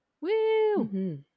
Woo